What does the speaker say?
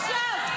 עכשיו,